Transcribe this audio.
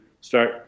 start